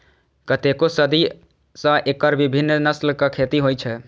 कतेको सदी सं एकर विभिन्न नस्लक खेती होइ छै